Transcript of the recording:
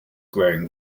growing